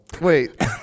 wait